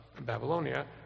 Babylonia